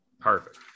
Perfect